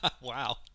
wow